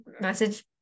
message